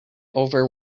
over